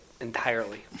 entirely